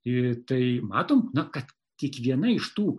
tai matom kad kiekviena iš tų